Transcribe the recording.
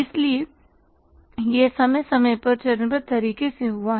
इसलिए यह समय समय पर चरणबद्ध तरीके से हुआ है